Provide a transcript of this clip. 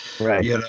Right